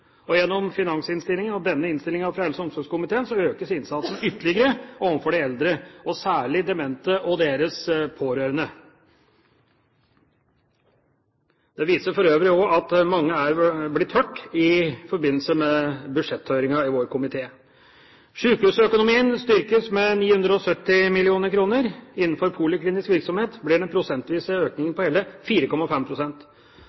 eldreomsorgen. Gjennom finansinnstillingen og denne innstillingen fra helse- og omsorgskomiteen økes innsatsen ytterligere overfor de eldre – særlig demente og deres pårørende. Dette viser for øvrig også at mange er blitt hørt i forbindelse med budsjetthøringene i vår komité. Sykehusøkonomien styrkes med 970 mill. kr. Innenfor poliklinisk virksomhet blir den prosentvise økningen